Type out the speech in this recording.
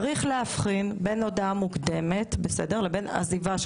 צריך להבחין בין הודעה מוקדמת לבין עזיבה של